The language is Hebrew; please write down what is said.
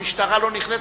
המשטרה לא נכנסת,